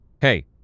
Hey